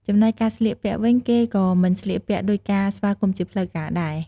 ចំណែកការស្លៀកពាក់វិញ គេក៏មិនស្លៀកពាក់ដូចការស្វាគមន៍ជាផ្លូវការដែរ។